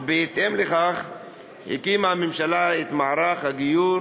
ובהתאם לכך הקימה הממשלה את מערך הגיור